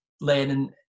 learning